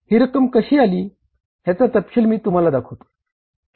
हि रक्कम कशी आली ह्याचा तपशील मी तुम्हाला दाखवतो